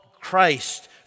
Christ